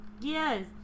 Yes